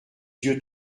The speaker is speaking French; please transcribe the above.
yeux